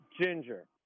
ginger